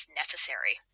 necessary